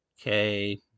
Okay